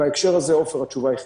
בהקשר הזה, עפר, התשובה היא חיובית.